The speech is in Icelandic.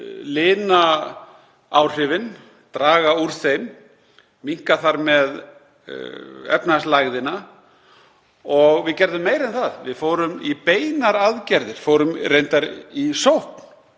að lina áhrifin, draga úr þeim, minnka þar með efnahagslægðina. Og við gerðum meira en það. Við fórum í beinar aðgerðir, fórum reyndar í sókn